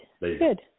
Good